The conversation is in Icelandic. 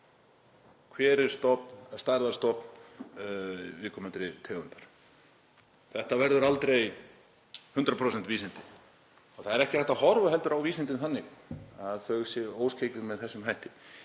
hver sé stærð stofns viðkomandi tegundar. Þetta verða aldrei 100% vísindi. Það er heldur ekki hægt að horfa á vísindin þannig að þau séu óskeikul með þessum hætti.